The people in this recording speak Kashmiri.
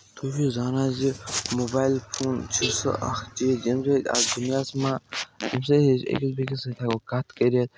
بہٕ چھُس زانان زِ موبایل فون چھُ سُہ اکھ چیٖز ییٚمہِ سۭتۍ اکھ دُنیاہَس منٛز اَمہِ سۭتۍ ہیٚکہِ أکِس بیٚکِس سۭتۍ ہیٚکو کَتھ کٔرِتھ